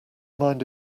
mind